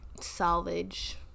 salvage